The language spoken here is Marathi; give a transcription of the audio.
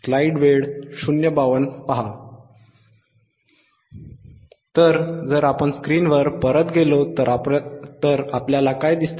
तर जर आपण स्क्रीनवर परत गेलो तर आपल्याला काय दिसते